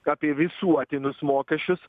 apie visuotinius mokesčius